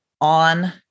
on